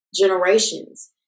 generations